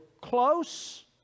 close